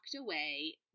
away